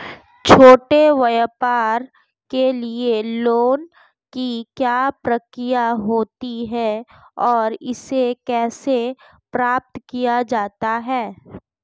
छोटे व्यापार के लिए लोंन की क्या प्रक्रिया होती है और इसे कैसे प्राप्त किया जाता है?